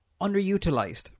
underutilized